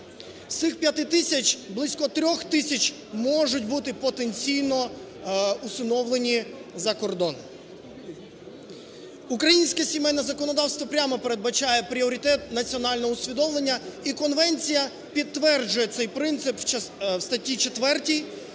з цих 5 тисяч близько 3 тисяч можуть бути потенційно усиновлені за кордон. Українське сімейне законодавство прямо передбачає пріоритет національного усвідомлення, і конвенція підтверджує цей принцип у статті 4